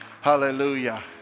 Hallelujah